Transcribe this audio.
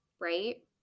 right